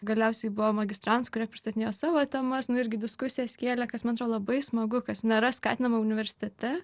galiausiai buvo magistrantų kurie pristatinėjo savo temas nu irgi diskusijas kėlė kas man atrodo labai smagu kas nėra skatinama universitete